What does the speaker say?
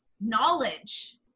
knowledge